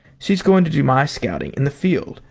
she's going to do my scouting in the field,